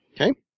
Okay